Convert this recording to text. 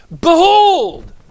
Behold